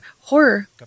horror